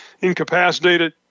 incapacitated